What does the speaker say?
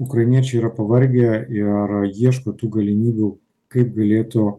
ukrainiečiai yra pavargę ir ieško tų galimybių kaip galėtų